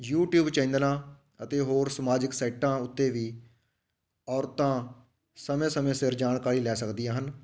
YouTube ਚੈਨਲਾਂ ਅਤੇ ਹੋਰ ਸਮਾਜਿਕ ਸਾਈਟਾਂ ਉੱਤੇ ਵੀ ਔਰਤਾਂ ਸਮੇਂ ਸਮੇਂ ਸਿਰ ਜਾਣਕਾਰੀ ਲੈ ਸਕਦੀਆਂ ਹਨ